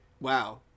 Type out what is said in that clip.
Wow